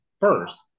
first